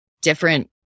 different